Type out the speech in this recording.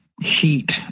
heat